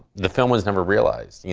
the film was never realised. yeah